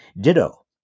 Ditto